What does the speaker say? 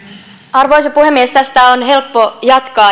arvoisa puhemies tästä on helppo jatkaa